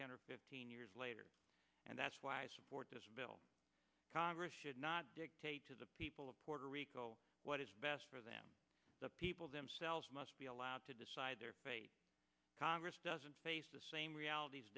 fifteen years later and that's why i support this bill congress should not dictate to the people of puerto rico what is best for them the people themselves must be allowed to decide their fate congress doesn't face the same realities